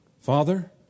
Father